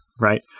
right